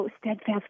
steadfast